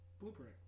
Blueprint